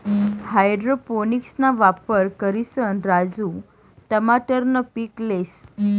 हाइड्रोपोनिक्सना वापर करिसन राजू टमाटरनं पीक लेस